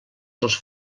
dels